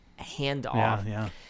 handoff